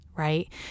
Right